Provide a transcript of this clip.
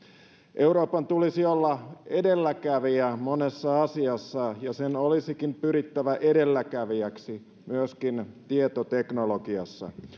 euroopan tulisi olla edelläkävijä monessa asiassa ja sen olisikin pyrittävä edelläkävijäksi myöskin tietoteknologiassa